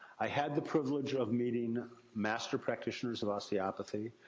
i had the privilege of meeting master practitioners of osteopathy,